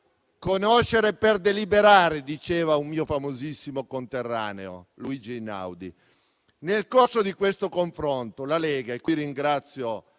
Conoscere per deliberare, diceva un mio famosissimo conterraneo, Luigi Einaudi. Nel corso di questo confronto, la Lega - e qui ringrazio